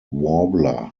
warbler